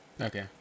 okay